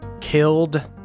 killed